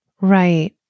Right